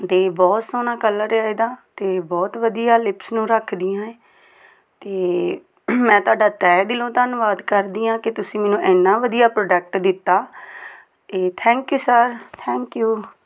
ਅਤੇ ਬਹੁਤ ਸੋਹਣਾ ਕਲਰ ਆ ਇਹਦਾ ਅਤੇ ਬਹੁਤ ਵਧੀਆ ਲਿਪਸ ਨੂੰ ਰੱਖਦੀਆਂ ਇਹ ਅਤੇ ਮੈਂ ਤੁਹਾਡਾ ਤਹਿ ਦਿਲੋਂ ਧੰਨਵਾਦ ਕਰਦੀ ਹਾਂ ਕਿ ਤੁਸੀਂ ਮੈਨੂੰ ਇੰਨਾ ਵਧੀਆ ਪ੍ਰੋਡੈਕਟ ਦਿੱਤਾ ਏ thank you sir thank you